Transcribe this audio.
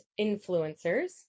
influencers